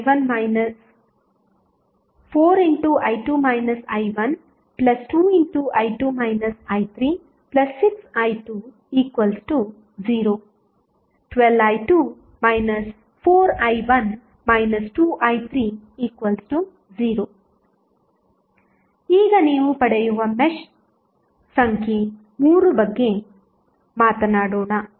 4i2 i12i2 i36i2 0⇒12i2 4i1 2i3 0 ಈಗ ನೀವು ಪಡೆಯುವ ಮೆಶ್ ಸಂಖ್ಯೆ ಮೂರು ಬಗ್ಗೆ ಮಾತನಾಡೋಣ